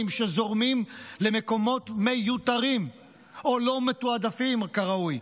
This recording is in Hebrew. שזורמים למקומות מיותרים או לא מתועדפים כראוי?